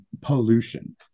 Pollution